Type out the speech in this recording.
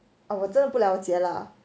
I will 真的不了解 lah